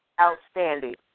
outstanding